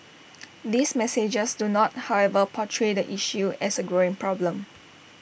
these messages do not however portray the issue as A growing problem